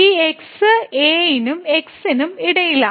ഈ x a നും x നും ഇടയിലാണ്